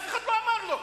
אף אחד לא אמר לו.